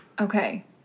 Okay